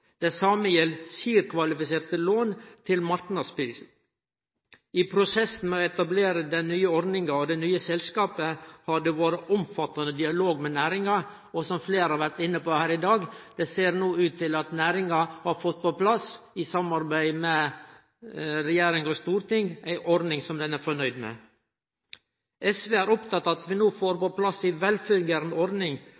Det same gjeld CIRR-kvalifiserte lån til marknadsrente. I prosessen med å etablere den nye ordninga og det nye selskapet har det vore omfattande dialog med næringa, og som fleire har vore inne på her i dag, ser det no ut til at næringa har fått på plass, i samarbeid med regjering og storting, ei ordning som ho er fornøgd med. SV er oppteke av at vi no får